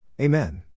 Amen